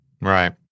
Right